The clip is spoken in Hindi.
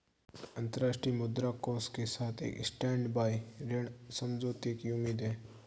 अंतर्राष्ट्रीय मुद्रा कोष के साथ एक स्टैंडबाय ऋण समझौते की उम्मीद है